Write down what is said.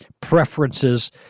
preferences